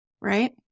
right